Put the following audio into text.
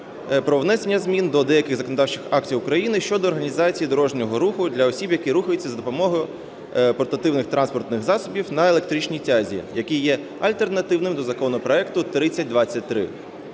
про внесення змін до деяких законодавчих актів України щодо організації дорожнього руху для осіб, які рухаються за допомогою портативних транспортних засобів на електричній тязі, який є альтернативним до законопроекту 3023.